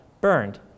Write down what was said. burned